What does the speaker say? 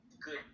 good